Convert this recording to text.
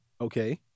Okay